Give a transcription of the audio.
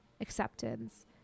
acceptance